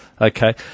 okay